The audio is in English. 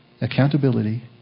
accountability